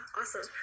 awesome